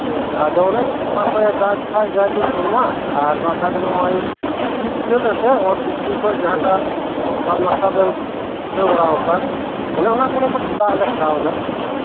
ᱟᱫᱚ ᱚᱱᱮ ᱥᱮᱨᱢᱟᱠᱷᱚᱡ ᱮᱫᱟᱠ ᱠᱷᱟᱡ ᱡᱟᱜᱤ ᱥᱮᱨᱢᱟ ᱟᱨ ᱵᱟᱝᱠᱷᱟᱡ ᱫᱚ ᱱᱚᱜᱚᱭ ᱰᱤᱯᱴᱤᱣᱮᱞ ᱮᱱᱛᱮ ᱚᱛ ᱵᱷᱤᱛᱨᱤᱠᱷᱚᱡ ᱡᱟᱦᱟᱸᱴᱟᱜ ᱥᱟᱵᱢᱟᱨᱥᱟᱞ ᱵᱟᱹᱭᱥᱟᱹᱣ ᱵᱟᱲᱟᱣᱟᱠᱟᱱ ᱚᱱᱮ ᱚᱱᱟ ᱠᱚᱨᱮ ᱠᱷᱚᱱ ᱫᱟᱜᱞᱮ ᱦᱟᱛᱟᱣᱮᱫᱟ